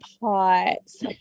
pots